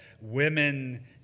women